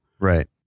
Right